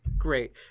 Great